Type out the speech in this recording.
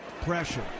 Pressure